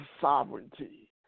sovereignty